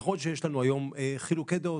נכון שיש לנו היום חילוקי דעות,